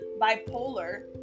bipolar